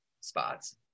spots